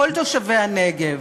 כל תושבי הנגב.